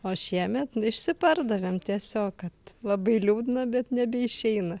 o šiemet išsipardavėm tiesiog kad labai liūdna bet nebeišeina